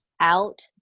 out